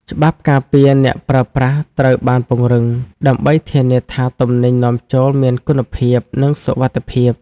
ច្បាប់ការពារអ្នកប្រើប្រាស់ត្រូវបានពង្រឹង ដើម្បីធានាថាទំនិញនាំចូលមានគុណភាព និងសុវត្ថិភាព។